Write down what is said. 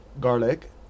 Garlic